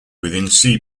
within